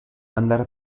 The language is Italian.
andare